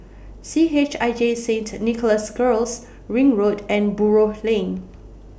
C H I J Saint Nicholas Girls Ring Road and Buroh Lane